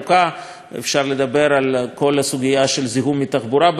אפשר לדבר על כל הסוגיה של זיהום מתחבורה במפרץ שאגב,